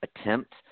attempt